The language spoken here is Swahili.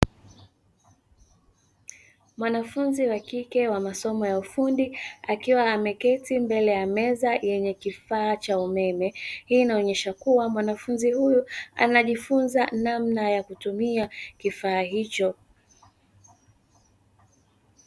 Mwanafunzi wa kike wa masomo ya ufundi, akiwa ameketi mbele ya meza yenye kifaa cha umeme. Hii inaonyesha kuwa mwanafunzi huyu anajifunza namna ya kutumia kifaa hicho.